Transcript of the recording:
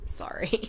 sorry